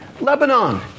Lebanon